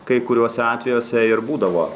kai kuriuose atvejuose būdavo